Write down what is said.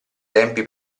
tempi